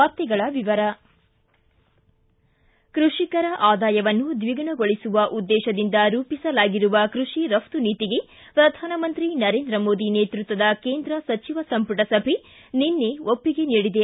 ವಾರ್ತೆಗಳ ವಿವರ ಕೃಷಿಕರ ಆದಾಯಯನ್ನು ದ್ವಿಗುಣಗೊಳಸುವ ಉದ್ದೇಶದಿಂದ ರೂಪಿಸಲಾಗಿರುವ ಕೃಷಿ ರಫ್ತು ನೀತಿಗೆ ಪ್ರಧಾನಮಂತ್ರಿ ನರೇಂದ್ರ ಮೋದಿ ನೇತೃತ್ವದ ಕೇಂದ್ರ ಸಚಿವ ಸಂಪುಟ ಸಭೆ ನಿನ್ನೆ ಒಪ್ಪಿಗೆ ನೀಡಿದೆ